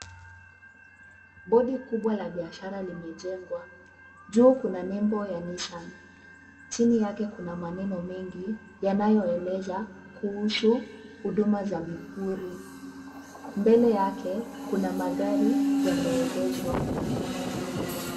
Bodi kubwa la biashara limejengwa. Juu kuna nembo ya Nissan . Chini yake kuna maneno mengi yanayoeleza kuhusu huduma za vipuri. Mbele yake kuna magari yameegeshwa.